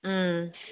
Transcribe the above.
ம்